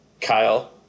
Kyle